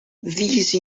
these